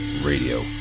Radio